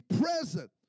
present